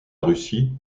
russie